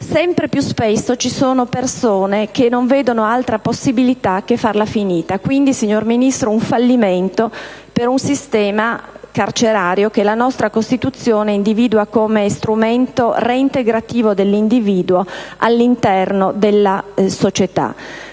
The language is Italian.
sempre più spesso ci sono persone che non vedono altra possibilità che farla finita: quindi, signor Ministro, un fallimento per il nostro sistema carcerario che la nostra Costituzione individua come strumento reintegrativo dell'individuo all'interno della società.